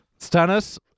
Stannis